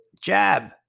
jab